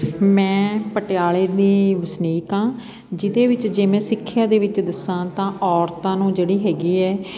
ਮੈਂ ਪਟਿਆਲੇ ਦੀ ਵਸਨੀਕ ਹਾਂ ਜਿਹਦੇ ਵਿੱਚ ਜੇ ਮੈਂ ਸਿੱਖਿਆ ਦੇ ਵਿੱਚ ਦੱਸਾਂ ਤਾਂ ਔਰਤਾਂ ਨੂੰ ਜਿਹੜੀ ਹੈਗੀ ਹੈ